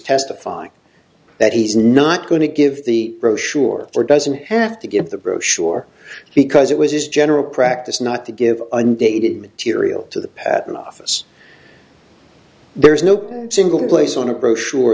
testifying that he's not going to give the brochure or doesn't have to give the brochure because it was his general practice not to give undated material to the patent office there's no single place on a brochure